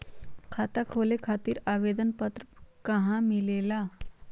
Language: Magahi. खाता खोले खातीर आवेदन पत्र कहा मिलेला?